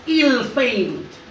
ill-famed